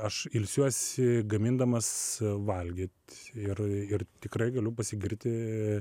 aš ilsiuosi gamindamas valgyt ir ir tikrai galiu pasigirti